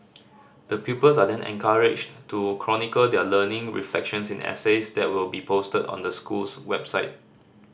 the pupils are then encouraged to chronicle their learning reflections in essays that will be posted on the school's website